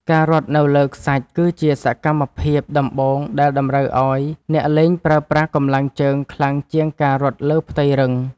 ការរត់នៅលើខ្សាច់គឺជាសកម្មភាពដំបូងដែលតម្រូវឱ្យអ្នកលេងប្រើប្រាស់កម្លាំងជើងខ្លាំងជាងការរត់លើផ្ទៃរឹង។